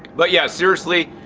but yeah seriously,